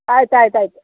ಆಯ್ತು ಆಯ್ತು ಆಯಿತು